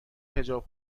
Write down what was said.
حجاب